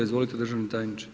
Izvolite državni tajniče.